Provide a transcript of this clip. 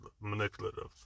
manipulative